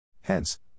Hence